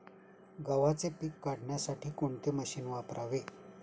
गव्हाचे पीक काढण्यासाठी कोणते मशीन वापरावे?